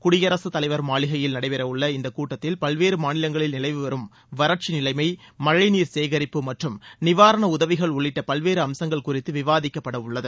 குடியரசுத் தலைவர் மாளிகையில் நடைபெறவுள்ள இந்த கூட்டத்தில் பல்வேறு மாநிலங்களில் நிலவிவரும் வறட்சி நிலைமை மழைநீர் சேகரிப்பு மற்றும் நிவாரண உதவிகள் உள்ளிட்ட பல்வேறு அம்சங்கள் குறித்து விவாதிக்கப்படவுள்ளது